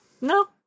No